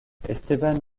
esteban